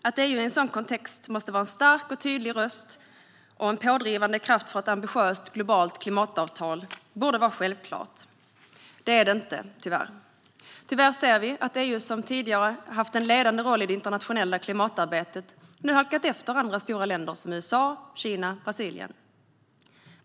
Att EU i en sådan kontext måste vara en stark och tydlig röst och en pådrivande kraft för ett ambitiöst globalt klimatavtal borde vara självklart. Det är dock inte så. Tyvärr ser vi att EU, som tidigare haft en ledande roll i det internationella klimatarbetet, nu halkat efter stora länder som USA, Kina och Brasilien.